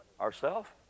Ourself